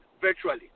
virtually